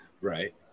Right